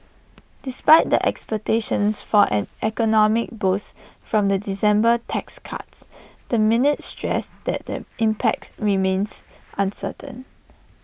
despite the expectations for an economic boost from the December tax cuts the minutes stressed that the impact remains uncertain